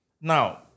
Now